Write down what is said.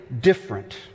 different